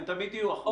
הם תמיד יהיו אחרונים.